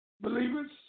Believers